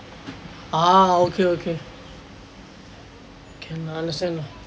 ah okay okay can understand